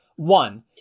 One